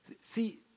See